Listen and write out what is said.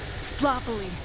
Sloppily